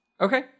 okay